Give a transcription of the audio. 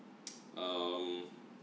um